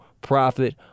Profit